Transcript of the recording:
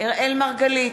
אראל מרגלית,